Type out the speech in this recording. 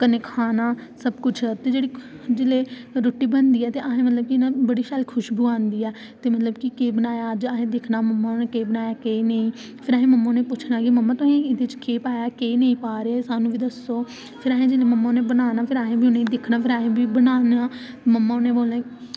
ते कन्नै खाना ते सबकुछ ते जेह्ड़ी ते जेल्लै रुट्टी बनदी ते असेंगी इंया बड़ी अच्छी खुश्बू आंदी ऐ ते मतलब कि केह् बनाया तुसें अज्ज ते मम्मा होरें केह् बनाया केह् नेईं ते फिर असें मम्मा होरें गी पुच्छना की मम्मा तुसें एह्दे च केह् पाया केह् नेईं पा दे सानूं बी दस्सो ते मम्मा होरें बनाना ते असें बी दिक्खना ते बनाना मम्मा होरें बोलना